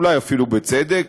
אולי אפילו בצדק.